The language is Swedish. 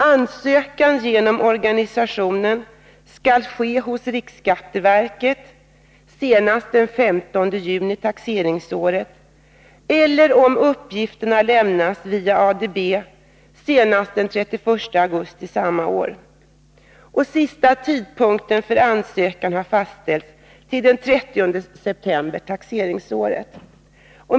Ansökan genom organisationer skall ske hos riksskatteverket senast den 15 juni taxeringsåret eller, om uppgifterna lämnas via ADB, senast den 31 augusti samma år. Sista tidpunkten för egen ansökan har fastställts till den 30 september taxeringsåret.